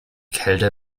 kälte